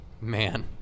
Man